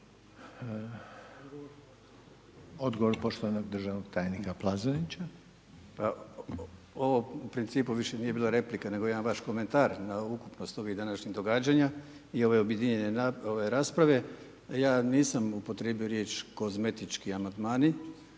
Odgovor poštovanog državnog tajnika Plazonića. **Plazonić, Željko (HDZ)** Ovo u principu više nije bila replika nego jedan vaš komentar na ukupnost ovih današnjih događanja i ove objedinjene ovaj rasprave ja nisam upotrijebio riječ kozmetički amandmani,